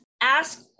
ask